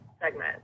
segment